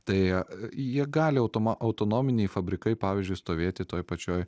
tai jie gali automa autonominiai fabrikai pavyzdžiui stovėti toj pačioj